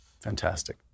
Fantastic